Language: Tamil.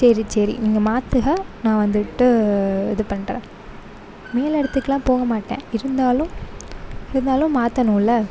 சரி சரி நீங்கள் மாத்துக நான் வந்துட்டு இது பண்றேன் மேல் இடத்துக்குலான் போக மாட்டேன் இருந்தாலும் இருந்தாலும் மாற்றணுல